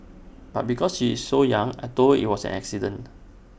but because she is so young I Told her IT was an accident